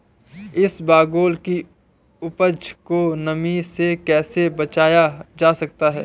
इसबगोल की उपज को नमी से कैसे बचाया जा सकता है?